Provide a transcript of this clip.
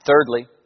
Thirdly